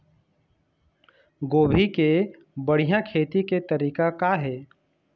गोभी के बढ़िया खेती के तरीका का हे?